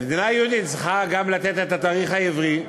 מדינה יהודית צריכה גם לתת את התאריך העברי.